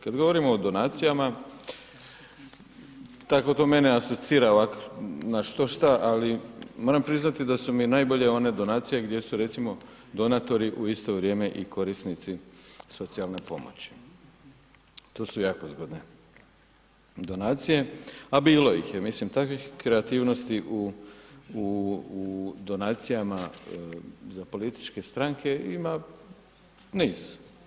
Kad govorimo o donacijama, tako to mene asocira ovako na štošta, ali moram priznati da su mi najbolje one donacije gdje su recimo donatori u isto vrijeme i korisnici socijalne pomoći, to su jako zgodne donacije, a bilo ih je, mislim takvih kreativnosti u donacijama za političke stranke ima niz.